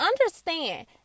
understand